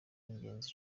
ingenzi